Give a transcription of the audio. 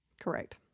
Correct